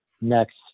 next